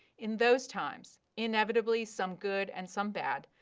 in those times, inevitably some good and some bad,